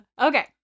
Okay